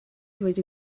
ddweud